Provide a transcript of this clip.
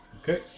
Okay